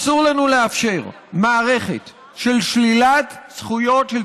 אסור לנו לאפשר מערכת של שלילת זכויות של